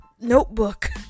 notebook